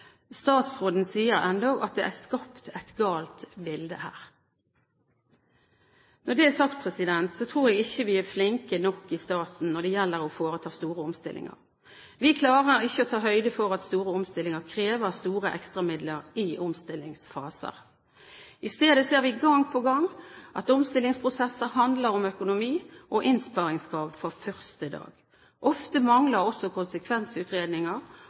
Statsråden sier endog at det er skapt «et galt bilde» her. Når det er sagt, tror jeg ikke vi er flinke nok i staten når det gjelder å foreta store omstillinger. Vi klarer ikke å ta høyde for at store omstillinger krever store ekstra midler i omstillingsfaser. I stedet ser vi gang på gang at omstillingsprosesser handler om økonomi og innsparingskrav fra første dag. Ofte mangler også konsekvensutredninger